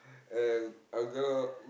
and I'm gonna